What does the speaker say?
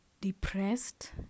depressed